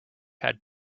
had